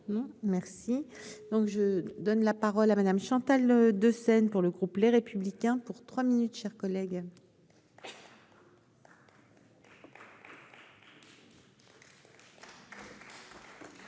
donc je donne la parole à Madame Chantal de scène pour le groupe Les Républicains pour trois minutes chers collègues.